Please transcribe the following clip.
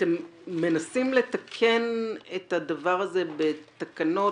אתם מנסים לתקן את הדבר הזה בתקנות,